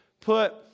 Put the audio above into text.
put